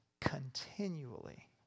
continually